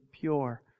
pure